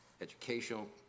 educational